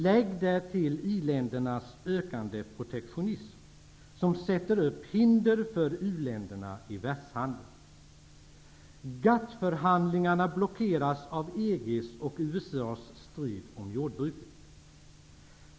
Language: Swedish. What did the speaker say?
Lägg därtill i-ländernas ökande protektionism, som sätter upp hinder för uländerna i världshandeln. GATT-förhandlingarna blockeras av EG:s och USA:s strid om jordbruket.